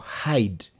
hide